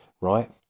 right